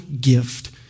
gift